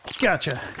gotcha